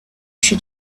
she